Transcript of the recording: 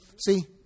See